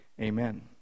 amen